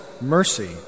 mercy